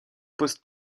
poste